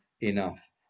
enough